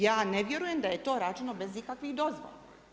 Ja ne vjerujem da je to rađeno bez ikakvih dozvola.